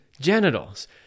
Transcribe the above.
genitals